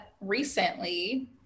recently